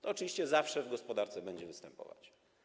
To oczywiście zawsze w gospodarce będzie występować.